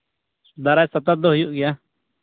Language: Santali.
ᱫᱟᱨᱟᱭ ᱥᱚᱯᱛᱟ ᱛᱮᱫ ᱦᱩᱭᱩᱜ ᱜᱮᱭᱟ